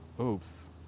oops